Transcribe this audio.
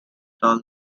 all